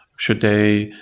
should they,